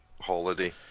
holiday